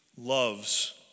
loves